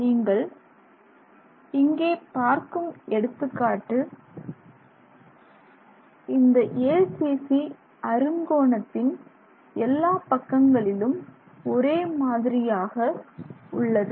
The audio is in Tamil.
நீங்கள் இங்கே பார்க்கும் எடுத்துக்காட்டு இந்த acc அறுங்கோணத்தின் எல்லா பக்கங்களிலும் ஒரே மாதிரியாக உள்ளது